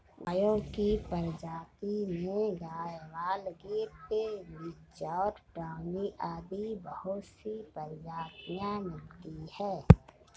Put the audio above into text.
गायों की प्रजाति में गयवाल, गिर, बिच्चौर, डांगी आदि बहुत सी प्रजातियां मिलती है